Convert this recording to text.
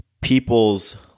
people's